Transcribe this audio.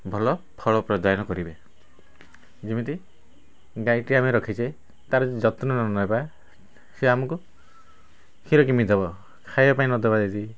ଭଲ ଫଳ ପ୍ରଦାନ କରିବେ ଯେମିତି ଗାଈଟି ଆମେ ରଖିଛେ ତା'ର ଯଦି ଯତ୍ନ ନ ନେବା ସିଏ ଆମକୁ କ୍ଷୀର କେମିତି ଦେବ ଖାଇବା ପାଇଁ ନ ଦେବା ଯଦି